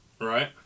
Right